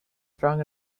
strong